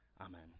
Amen